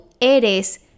eres